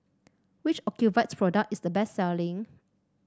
which Ocuvite product is the best selling